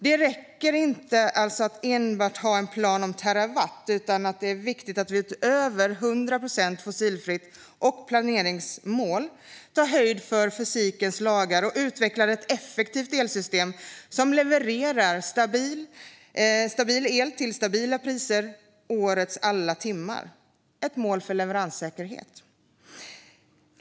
Det räcker alltså inte att endast ha en plan om terawatt, utan det är viktigt att vi utöver 100 procent fossilfritt och planeringsmål tar höjd för fysikens lagar och utvecklar ett effektivt elsystem som levererar stabil el till stabila priser under årets alla timmar. Det är ett mål för leveranssäkerhet.